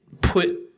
put –